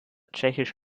tschechisch